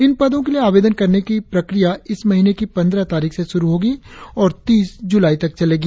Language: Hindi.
इस पदों के लिए आवेदन करने की प्रक्रिया इस महीने की पंद्रह तारीख से शुरु होगी और तीस जुलाई तक चलेगी